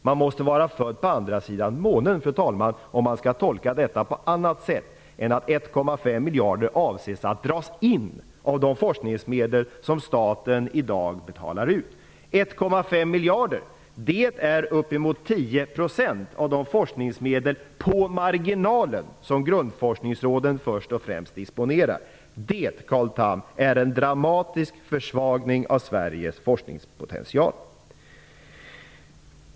Man måste vara född på andra sidan månen, fru talman, om man skall tolka detta på annat sätt än att 1,5 miljarder avses bli indragna av de forskningsmedel som staten i dag betalar ut. 1,5 miljarder är uppemot 10 % av de forskningsmedel på marginalen som först och främst grundforskningsråden disponerar. Det är, Carl Tham, en dramatisk försämring av Sveriges forskningspotential.